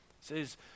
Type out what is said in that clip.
says